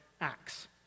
Acts